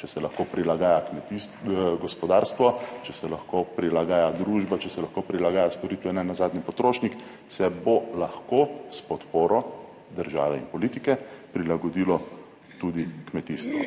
če se lahko prilagaja kmetij…, gospodarstvo, če se lahko prilagaja družba, če se lahko prilagaja storitve, nenazadnje potrošnik, se bo lahko s podporo države in politike prilagodilo tudi kmetijstvo.